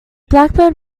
blackbird